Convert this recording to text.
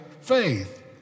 faith